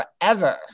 forever